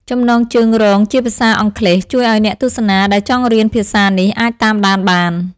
ចំណងជើងរងជាភាសាអង់គ្លេសជួយឱ្យអ្នកទស្សនាដែលចង់រៀនភាសានេះអាចតាមដានបាន។